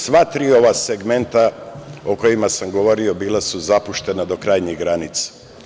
Sva tri ova segmenta o kojima sam govorio bila su zapuštena do krajnje granice.